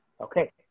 Okay